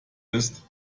ist